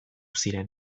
ziren